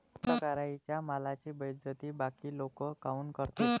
कास्तकाराइच्या मालाची बेइज्जती बाकी लोक काऊन करते?